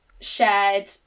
shared